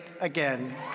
again